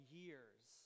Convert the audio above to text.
years